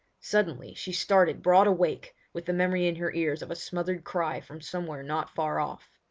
suddenly she started broad awake with the memory in her ears of a smothered cry from somewhere not far off.